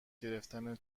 گرفتن